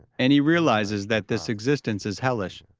and he realises that this existence is hellish.